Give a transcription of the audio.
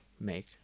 make